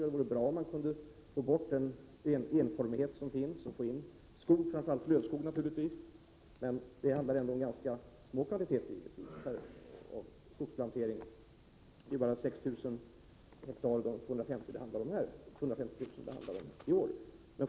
Det vore bra om man kunde få bort den enformighet som finns och få in skog, naturligtvis särskilt lövskog. Men det är ändå ganska små kvantiteter när det gäller skogsplantering, i år bara 6 000 hektar av 250 000.